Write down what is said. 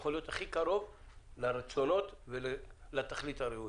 שיכול להיות הכי קרוב לרצונות ולתכלית הראויה.